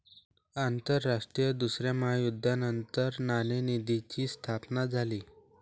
आंतरराष्ट्रीय दुसऱ्या महायुद्धानंतर नाणेनिधीची स्थापना झाली